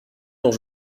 dont